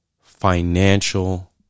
financial